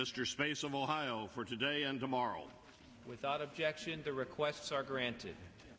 mr space of ohio for today and tomorrow without objection the requests are granted